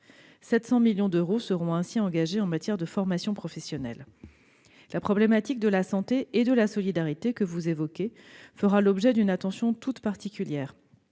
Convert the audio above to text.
700 millions d'euros seront engagés en matière de formation professionnelle. La problématique de la santé et de la solidarité, que vous avez soulevée, fera l'objet d'une attention toute particulière.